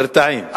נרתעים.